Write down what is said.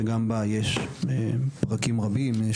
שגם בה יש פרקים רבים,